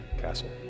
castle